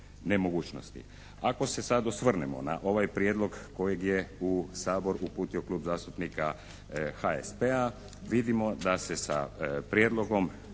Ako se sad osvrnemo na ovaj prijedlog kojeg je u Sabor uputio Klub zastupnika HSP-a vidimo da se sa prijedlogom